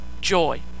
joy